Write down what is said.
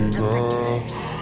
girl